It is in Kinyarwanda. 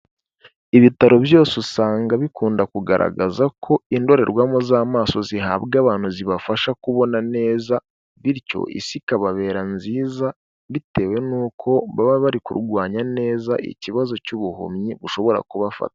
Ibitaro byose usanga bikunda kugaragaza ko indorerwamo z'amaso zihabwa abantu zibafasha kubona neza, bityo isi ikababera nziza, bitewe nuko baba bari kurwanya neza ikibazo cy'ubuhumyi bushobora kubafata.